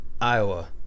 Iowa